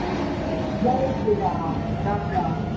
जय श्रीराम रामराम